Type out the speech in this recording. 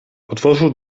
otworzył